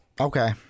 Okay